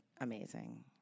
Amazing